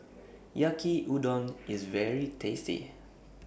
Yaki Udon IS very tasty